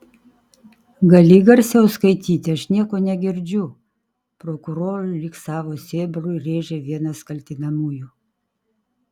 gali garsiau skaityti aš nieko negirdžiu prokurorui lyg savo sėbrui rėžė vienas kaltinamųjų